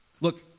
Look